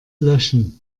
löschen